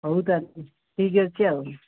ହଉ ତା'ହେଲେ ଠିକ୍ ଅଛି ଆଉ